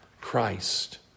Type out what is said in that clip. Christ